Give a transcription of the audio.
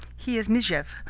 he is mizhuev,